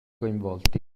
coinvolti